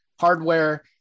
hardware